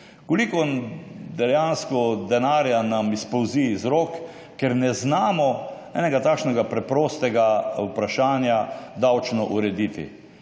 koliko denarja nam dejansko spolzi iz rok, ker ne znamo enega takšnega preprostega vprašanja davčno urediti.